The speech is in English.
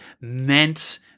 meant